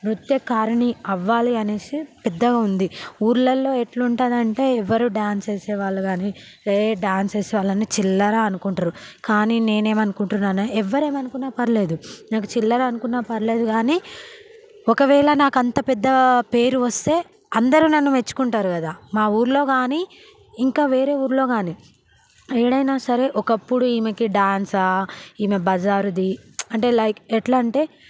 నృత్యకారిణి అవ్వాలి అనేసి పెద్దగా ఉంది ఊరిలో ఎట్లుంటుంది అంటే ఎవరు డాన్స్ చేసే వాళ్ళు కాని ఏ డాన్స్ వేసే వారిని చిల్లర అనుకుంటారు కానీ నేను ఏమి అనుకుంటున్నాను ఎవరు ఏమనుకున్నా పర్లేదు నాకు చిల్లర అనుకున్న పర్లేదు కానీ ఒకవేళ నాకు అంత పెద్ద పేరు వస్తే అందరూ నన్ను మెచ్చుకుంటారు కదా మా ఊరిలో కాని ఇంకా వేరే ఊర్లో కాని ఏడైన సరే ఒకప్పుడు ఈమెకి డాన్సా ఈమె బజారది లైక్ ఎట్లంటే